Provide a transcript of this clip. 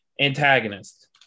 antagonist